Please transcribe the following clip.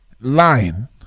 line